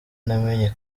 namenye